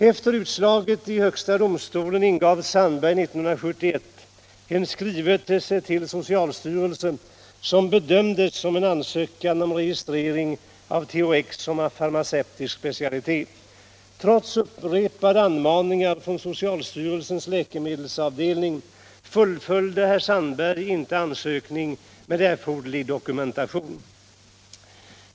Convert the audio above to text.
Efter utslaget i HD ingav Sandberg 1971 en skrivelse till socialstyrelsen som bedömdes som en ansökan om registrering av THX som farma I ceutisk specialitet. Trots upprepade anmaningar från socialstyrelsens läkemedelsavdelning fullföljde herr Sandberg inte ansökningen med erforderlig dokumentation.